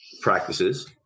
practices